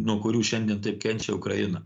nuo kurių šiandien taip kenčia ukraina